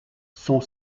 sont